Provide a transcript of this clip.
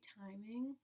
timing